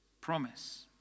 promise